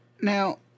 Now